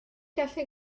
gallu